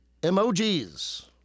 emojis